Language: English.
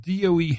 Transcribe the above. DOE